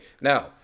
Now